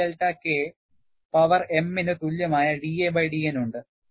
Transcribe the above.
C delta K power m ന് തുല്യമായ da by dN ഉണ്ട്